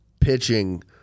pitching